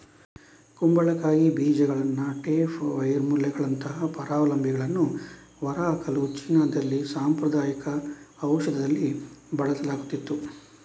ಕುಂಬಳಕಾಯಿ ಬೀಜಗಳನ್ನ ಟೇಪ್ ವರ್ಮುಗಳಂತಹ ಪರಾವಲಂಬಿಗಳನ್ನು ಹೊರಹಾಕಲು ಚೀನಾದಲ್ಲಿ ಸಾಂಪ್ರದಾಯಿಕ ಔಷಧದಲ್ಲಿ ಬಳಸಲಾಗುತ್ತಿತ್ತು